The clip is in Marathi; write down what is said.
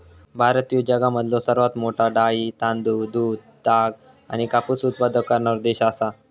भारत ह्यो जगामधलो सर्वात मोठा डाळी, तांदूळ, दूध, ताग आणि कापूस उत्पादक करणारो देश आसा